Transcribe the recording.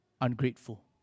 Ungrateful